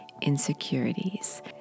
insecurities